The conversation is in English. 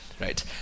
right